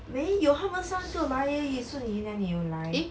没有他们三个来而已 shun yi 哪里有来